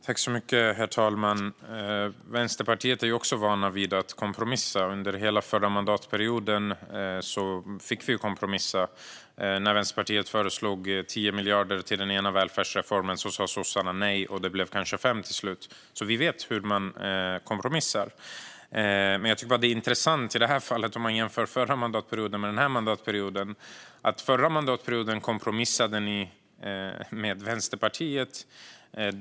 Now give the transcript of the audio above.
Herr talman! Vi i Vänsterpartiet är också vana vid att kompromissa. Under hela förra mandatperioden fick vi kompromissa. När Vänsterpartiet föreslog 10 miljarder till den ena välfärdsreformen sa sossarna nej, och det blev kanske 5 till slut. Vi vet hur man kompromissar. Om man i det här fallet jämför förra mandatperioden med den här mandatperioden är det intressant att ni förra mandatperioden kompromissade med Vänsterpartiet.